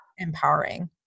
empowering